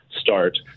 start